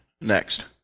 Next